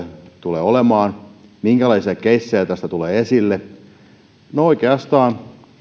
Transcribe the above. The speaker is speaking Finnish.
tulee olemaan minkälaisia keissejä tässä tulee esille no oikeastaan